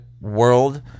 world